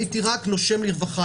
הייתי נושם לרווחה,